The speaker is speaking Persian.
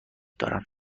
دارم